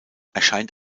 erscheint